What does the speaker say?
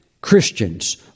Christians